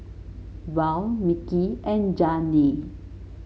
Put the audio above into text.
Val Micky and Janay